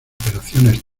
operaciones